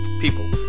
People